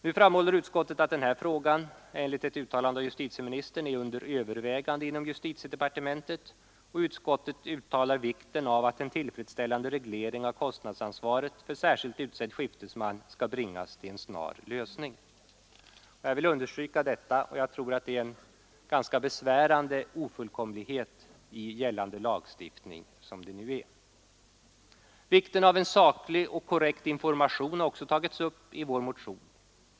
Nu framhåller utskottet att denna fråga enligt ett uttalande av justitieministern är under övervägande inom justitiedepartementet, och utskottet uttalar vikten av att en tillfredsställande reglering av kostnadsansvaret för särskilt utsedd skiftesman snarast kommer till stånd. Även vikten av saklig och korrekt information har tagits upp i vår motion.